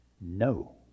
no